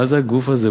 מה זה הגוף הזה,